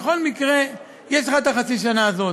בכל מקרה יש לך את חצי השנה הזאת.